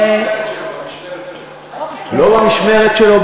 בסדר, אין בעיה, זו המשמרת שלו.